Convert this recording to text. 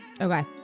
Okay